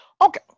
okay